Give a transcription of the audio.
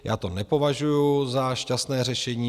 Já to nepovažuju za šťastné řešení.